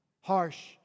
harsh